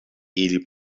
ili